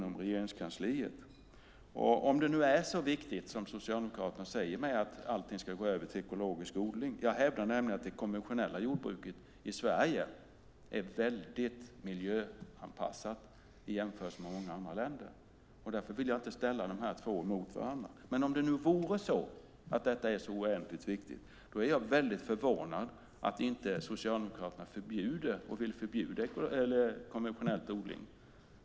Om det nu är så oändligt viktigt som Socialdemokraterna säger att alla ska gå över till ekologisk odling - jag hävdar nämligen att det konventionella jordbruket i Sverige är väldigt miljöanpassat i jämförelse med många andra länder och därför vill jag inte ställa de här två mot varandra - är jag väldigt förvånad över att inte Socialdemokraterna vill förbjuda konventionell odling.